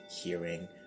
hearing